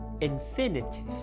infinitive